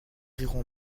riront